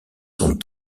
sont